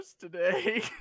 today